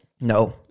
No